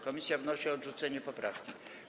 Komisja wnosi o odrzucenie poprawki.